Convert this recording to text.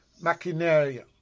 Maquinaria